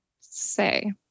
say